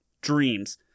Dreams